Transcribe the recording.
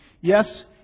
Yes